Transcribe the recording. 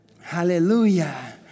Hallelujah